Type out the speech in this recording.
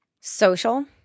social